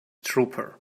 trooper